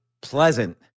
pleasant